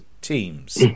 teams